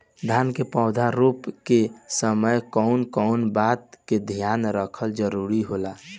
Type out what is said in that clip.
धान के पौधा रोप के समय कउन कउन बात के ध्यान रखल जरूरी होला?